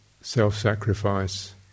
self-sacrifice